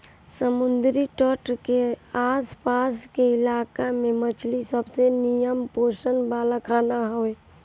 समुंदरी तट के आस पास के इलाका में मछरी सबसे निमन पोषण वाला खाना हवे